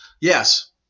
Yes